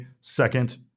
second